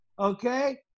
Okay